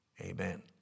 amen